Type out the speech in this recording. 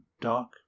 dark